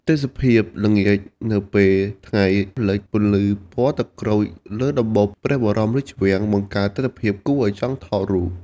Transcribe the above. ទេសភាពល្ងាចនៅពេលថ្ងៃលិច ពន្លឺពណ៌ទឹកក្រូចលើដំបូលព្រះបរមរាជវាំង បង្កើតទិដ្ឋភាពគួរឲ្យចង់ថតរូប។